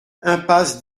impasse